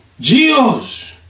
geos